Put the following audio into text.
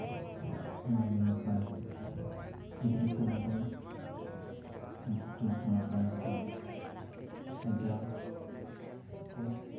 ᱱᱚᱣᱟ ᱜᱮ ᱱᱟᱯᱟᱭ ᱜᱤᱫᱽᱨᱟᱹ ᱠᱚ ᱞᱟᱹᱜᱤᱫ ᱫᱚ ᱯᱩᱛᱩᱞ ᱠᱚ ᱱᱟᱯᱟᱭ ᱱᱟᱯᱟᱭ ᱥᱟᱡᱟᱣ ᱠᱚ